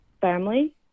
family